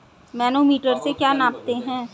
Manometer से क्या नापते हैं?